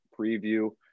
preview